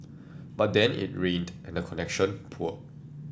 but then it rained and the connection poor